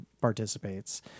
participates